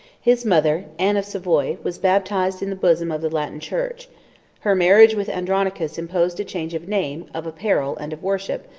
his mother, anne of savoy, was baptized in the bosom of the latin church her marriage with andronicus imposed a change of name, of apparel, and of worship,